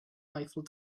eiffel